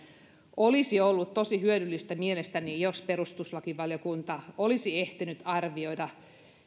olisi ollut tosi hyödyllistä mielestäni jos perustuslakivaliokunta olisi ehtinyt arvioida